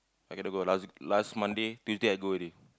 I get to go last last Monday Tuesday I go already